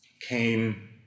came